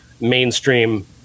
mainstream